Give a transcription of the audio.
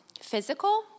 physical